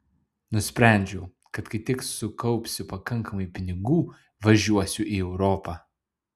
nusprendžiau kad kai tik sukaupsiu pakankamai pinigų važiuosiu į europą